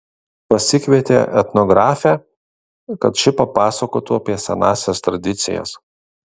pasikvietė etnografę kad ši papasakotų apie senąsias tradicijas